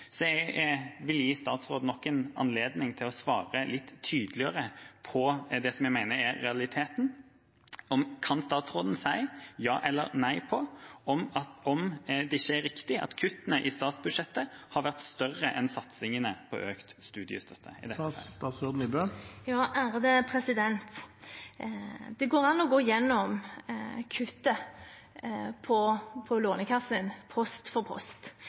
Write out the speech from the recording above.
Jeg vil gi statsråden nok en anledning til å svare litt tydeligere på det som jeg mener er realiteten: Kan statsråden svare ja eller nei på om det er riktig at kuttene i statsbudsjettet har vært større enn satsingene på økt studiestøtte? Det går an å gå gjennom kuttet for Lånekassen post for post.